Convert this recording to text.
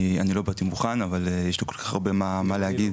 אני לא באתי מוכן אבל יש פה כל כך הרבה מה להגיד.